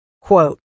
quote